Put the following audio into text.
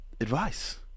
advice